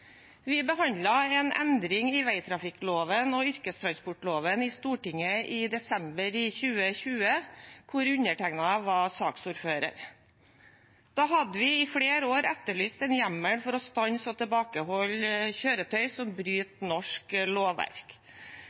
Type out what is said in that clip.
Vi behandlet en endring i veitrafikkloven og yrkestransportloven i Stortinget i desember 2020, hvor undertegnede var saksordfører. Da hadde vi i flere år etterlyst en hjemmel for å stanse og tilbakeholde kjøretøy som bryter norsk lovverk.